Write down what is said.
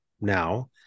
now